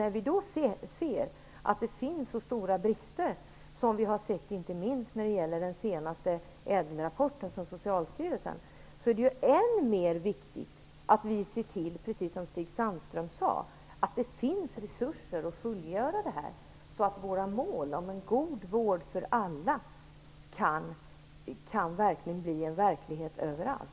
När det finns så stora brister som vi har sett, inte minst när det gäller rapporten om ÄDEL-reformen från Socialstyrelsen, är det, precis som Stig Sandström sade, ännu viktigare att vi ser till att det finns resurser för att fullgöra det här så att våra mål om en god vård för alla kan bli verklighet överallt.